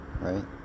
right